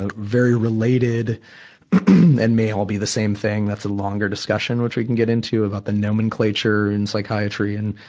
ah very related and may all be the same thing that's a longer discussion which we can get into, about the nomenclature in psychiatry and,